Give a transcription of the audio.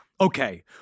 okay